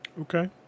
Okay